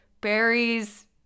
berries